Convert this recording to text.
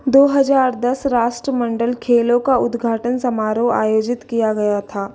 दो हजार दस राष्ट्रमंडल खेलों का उद्घाटन समारोह आयोजित किया गया था